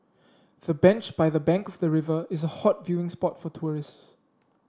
the bench by the bank of the river is a hot viewing spot for tourists